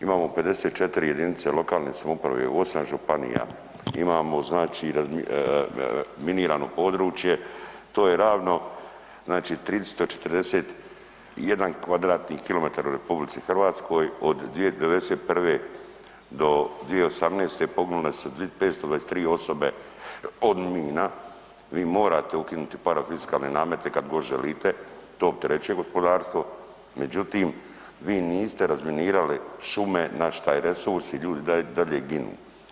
Imamo 54 jedinice lokalne samouprave u 8 županija, imamo znači razminirano područje to je ravno znači 341 km2 u RH od '91. do 2018. poginule su 523 osobe od mina, vi morate ukinuti parafiskalne namete kad god želite to opterećuje gospodarstvo, međutim vi niste razminirali šume naš taj resurs i ljudi dalje ginu.